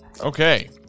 Okay